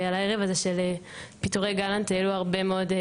ועל הערב הזה של פיטורי גלנט העלו הרבה.